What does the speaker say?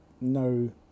no